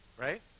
right